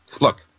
Look